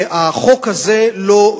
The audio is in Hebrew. והחוק הזה לא,